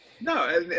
No